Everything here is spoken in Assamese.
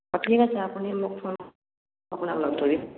অ' ঠিক আছে আপুনি মোক ফোন আপোনাক লগ ধৰিম